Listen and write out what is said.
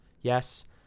Yes